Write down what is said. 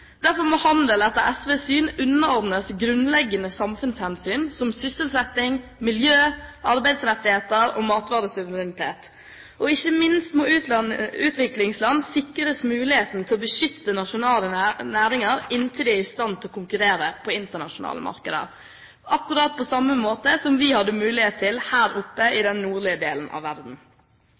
Derfor må handel etter SVs syn underordnes grunnleggende samfunnshensyn som sysselsetting, miljø, arbeidsrettigheter og matvaresuverenitet. Ikke minst må utviklingsland sikres muligheten til å beskytte nasjonale næringer inntil de er i stand til å konkurrere på internasjonale markeder, akkurat på samme måte som vi hadde mulighet til, her oppe i den nordlige delen av verden.